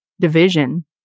division